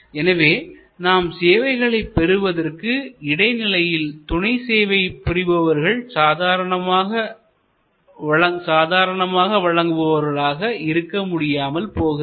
எனவே நாம் சேவைகளைப் பெறுவதற்கு இடைநிலையில் துணை சேவை புரிபவர்கள் சாதாரணமாக வழங்குபவர்களாக இருக்க முடியாமல் போகிறது